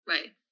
Right